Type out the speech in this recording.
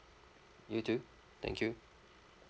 you too thank you